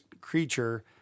creature